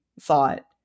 thought